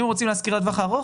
אם רוצים להשכיר לטווח הארוך,